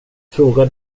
frågar